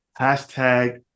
hashtag